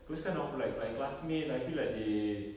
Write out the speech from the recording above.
those kind of like my classmates I feel like they